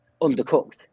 undercooked